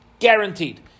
Guaranteed